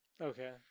Okay